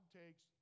takes